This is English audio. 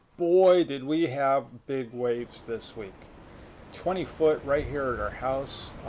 boy, did we have big waves this week twenty foot right here at our house.